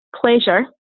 pleasure